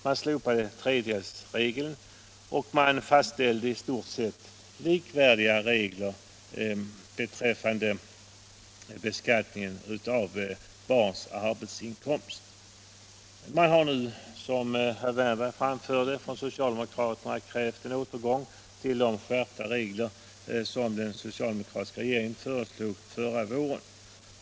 Man slopade tredjedelsregeln och fastställde i stort sett likvärdiga regler beträffande beskattningen av barns arbetsinkomst. Socialdemokraterna har nu, som herr Wärnberg anförde, krävt en återgång till de skärpta regler som den socialdemokratiska regeringen föreslog förra våren.